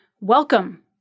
Welcome